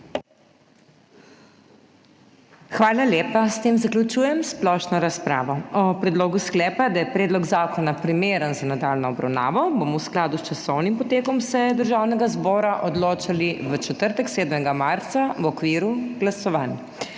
Hvala lepa. S tem zaključujem splošno razpravo. O predlogu sklepa, da je predlog zakona primeren za nadaljnjo obravnavo, bomo v skladu s časovnim potekom seje Državnega zbora odločali v četrtek, 7. marca 2024, v okviru glasovanj.